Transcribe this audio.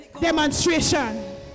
demonstration